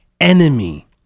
enemy